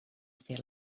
fer